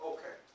Okay